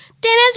Dinner's